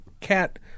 cat